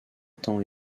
temps